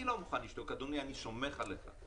אני לא מוכן לשתוק, אדוני, אני סומך עליך.